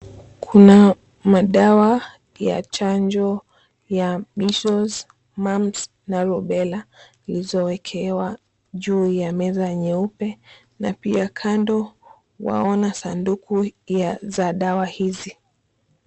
Kuna madawa ya chanjo ya measles, mumps na rubella zilizowekewa ju ya meza nyeupe na pia kando waona sanduku ya za dawa hizi.